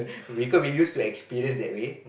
because we use to experience that way